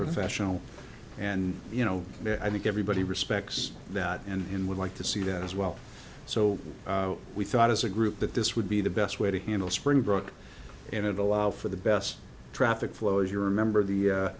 professional and you know i think everybody respects that and would like to see that as well so we thought as a group that this would be the best way to handle spring broke and it allow for the best traffic flow if you're a member of the